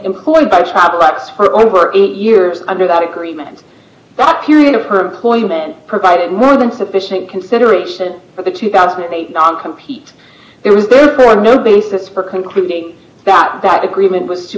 employed by shocks for over eight years under that agreement that period of her employer then provided more than sufficient consideration for the two thousand and eight compete there was there were no basis for concluding that that agreement was